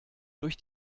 durch